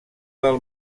del